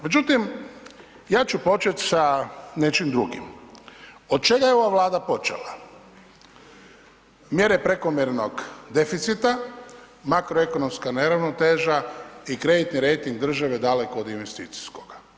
Međutim, ja ću početi sa nečim drugim, od čega je ova Vlada počela, mjere prekomjernog deficita, makroekonomska neravnoteža i krediti rejting države daleko od investicijskoga.